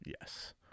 Yes